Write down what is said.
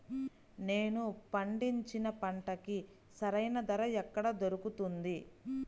నేను పండించిన పంటకి సరైన ధర ఎక్కడ దొరుకుతుంది?